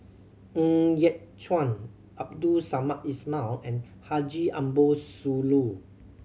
Ng Yat Chuan Abdul Samad Ismail and Haji Ambo Sooloh